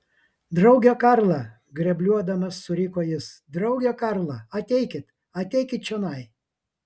drauge karla grebluodamas suriko jis drauge karla ateikit ateikit čionai